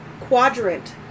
Quadrant